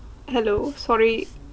hello sorry